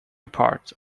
apart